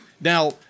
Now